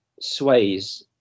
sways